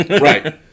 Right